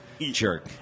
Jerk